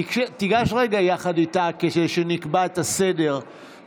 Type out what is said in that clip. תיגש רגע יחד איתה, כדי שנקבע את סדר-היום.